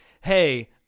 hey